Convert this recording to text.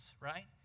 right